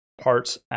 parts